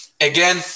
again